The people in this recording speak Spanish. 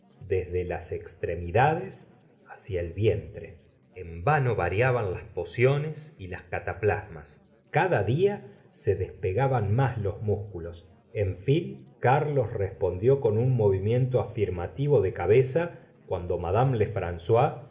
desde las extremidades hacia el vientre en vano variaban las pociones y las cataplasmas cada día se despegaban más los músculos en fin carlos respondió con un movimiento afirmativo de cabeza cuando mad